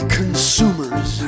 consumers